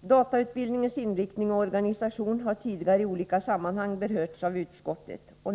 Datautbildningens inriktning och organisation har tidigare i olika sammanhang berörts av utskottet.